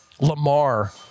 Lamar